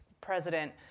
president